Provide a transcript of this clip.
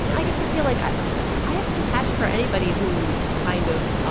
yeah i guess i feel like i i have compassion for anybody who kind of